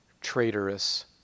traitorous